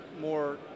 more